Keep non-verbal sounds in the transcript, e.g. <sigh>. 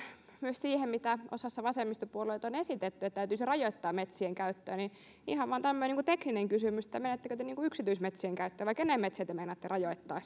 myös siihen mitä osassa vasemmistopuolueita on esitetty että täytyisi rajoittaa metsien käyttöä niin ihan vain tämmöinen tekninen kysymys meinaatteko te yksityismetsien käyttöä vai kenen metsiä te meinaatte rajoittaa <unintelligible>